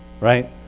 Right